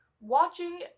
watching